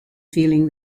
feeling